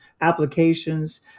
applications